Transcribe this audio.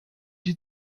die